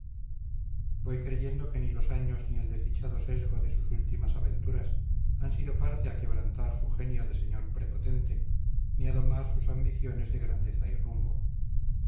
voy creyendo que ni los años ni el desdichado sesgo de sus últimas aventuras han sido parte a quebrantar su genio de señor prepotente ni a domar sus ambiciones de grandeza y rumbo